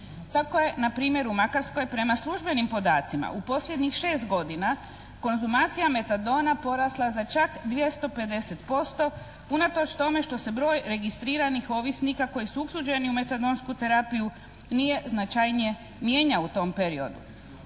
Tako je npr. u Makarskoj prema službenim podacima u posljednjih 6 godina konzumacija metadona porasla za čak 250% unatoč tome što se broj registriranih ovisnika koji su uključeni u metadonsku terapiju nije značajnije mijenjao u tom periodu.